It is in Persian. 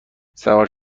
سوار